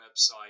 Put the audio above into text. website